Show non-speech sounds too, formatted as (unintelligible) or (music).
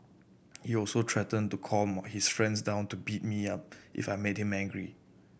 he also threatened to call (unintelligible) his friends down to beat me up if I made him angry